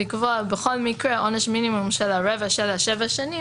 לקבוע בכל מקרה עונש מינימום של הרבע של שבע שנים,